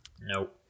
Nope